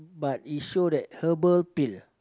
but it show that herbal pill